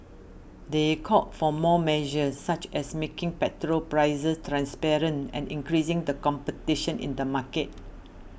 they called for more measures such as making petrol prices transparent and increasing the competition in the market